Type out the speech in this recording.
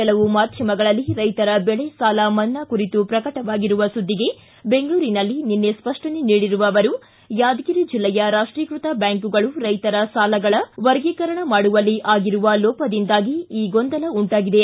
ಕೆಲವು ಮಾಧ್ಯಮಗಳಲ್ಲಿ ರೈತರ ದೆಳೆ ಸಾಲ ಮನ್ನಾ ಕುರಿತು ಪ್ರಕಟವಾಗಿರುವ ಸುದ್ದಿಗೆ ಬೆಂಗಳೂರಿನಲ್ಲಿ ನಿನ್ನೆ ಸ್ವಷ್ಟನೆ ನೀಡಿರುವ ಅವರು ಯಾದಗಿರಿ ಜಿಲ್ಲೆಯ ರಾಷ್ಟೀಕೃತ ಬ್ಯಾಂಕುಗಳು ರೈತರ ಸಾಲಗಳ ವರ್ಗೀಕರಣ ಮಾಡುವಲ್ಲಿ ಆಗಿರುವ ಲೋಪದಿಂದಾಗಿ ಈ ಗೊಂದಲ ಉಂಟಾಗಿದೆ